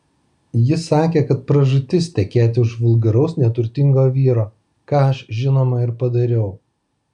ji sakė kad pražūtis tekėti už vulgaraus neturtingo vyro ką aš žinoma ir padariau